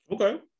Okay